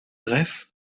greff